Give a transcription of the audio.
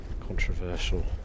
controversial